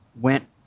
went